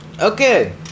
Okay